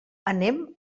anem